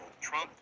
Trump